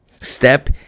step